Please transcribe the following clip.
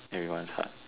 everyone's heart